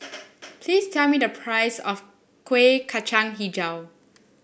please tell me the price of Kuih Kacang hijau